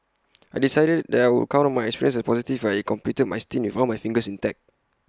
I decided that I would count my experience as positive if I completed my stint with all my fingers intact